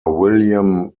william